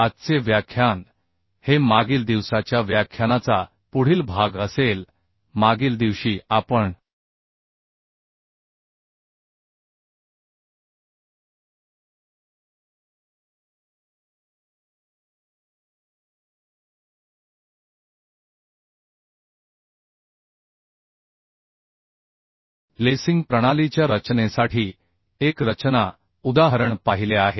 आजचे व्याख्यान हे मागील दिवसाच्या व्याख्यानाचा पुढील भाग असेल मागील दिवशी आपण लेसिंग प्रणालीच्या रचनेसाठी एक रचना उदाहरण पाहिले आहे